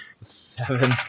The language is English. Seven